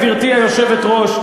גברתי היושבת-ראש,